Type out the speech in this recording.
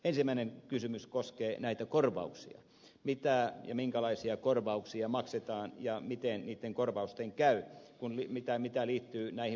ensimmäinen kysymys koskee näitä korvauksia mitä liittyy näihin valtauksiin mitä ja minkälaisia korvauksia maksetaan ja miten niitten korvausten käy on nimittäin mitä liittyy näihin